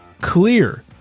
clear